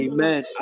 Amen